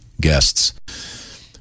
guests